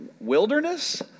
wilderness